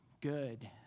good